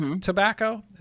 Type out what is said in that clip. tobacco